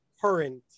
current